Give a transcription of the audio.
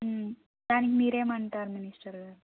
దానికి మీరేం అంటారు మినిస్టర్ గారు